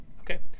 Okay